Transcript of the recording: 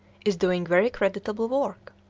is doing very creditable work.